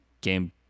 game